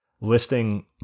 listing